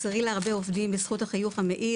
תחסרי להרבה עובדים בזכות החיוך המאיר,